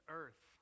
earth